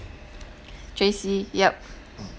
J_C yup